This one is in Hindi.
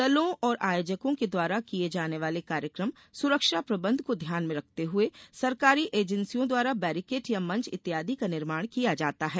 दलों और आयोजकों के द्वारा किये जाने वाले कार्यक्रम सुरक्षा प्रबंध को ध्यान में रखते हए सरकारी एजेन्सियों द्वारा बैरीकेट या मंच इत्यादि का निर्माण किया जाता है